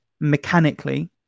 mechanically